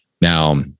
Now